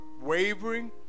wavering